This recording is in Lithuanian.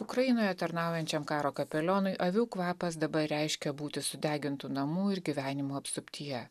ukrainoje tarnaujančiam karo kapelionui avių kvapas dabar reiškia būti sudegintų namų ir gyvenimo apsuptyje